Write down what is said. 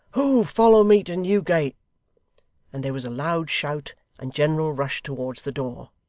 who'll follow me to newgate and there was a loud shout and general rush towards the door.